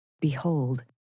Behold